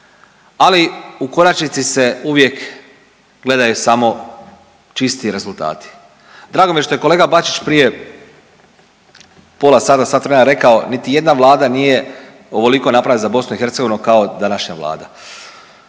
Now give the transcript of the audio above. ali u konačnici se uvijek gledaju samo čisti rezultati. Drago mi je što je kolega Bačić prije pola sata, sat vremena rekao niti jedna Vlada nije ovoliko napravila za BiH kao današnja Vlada.